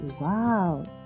wow